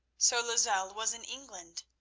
so lozelle was in england.